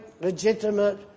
legitimate